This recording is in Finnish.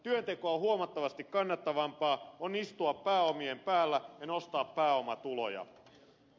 työntekoa huomattavasti kannattavampaa on istua pääomien päällä ja nostaa pääomatuloja